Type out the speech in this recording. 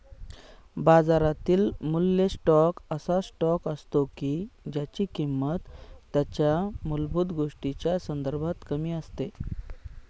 बाजारातील मूल्य स्टॉक असा स्टॉक असतो की ज्यांची किंमत त्यांच्या मूलभूत गोष्टींच्या संदर्भात कमी असते